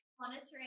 monitoring